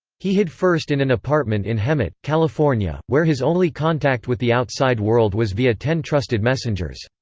he hid first in an apartment in hemet, california, where his only contact with the outside world was via ten trusted messengers.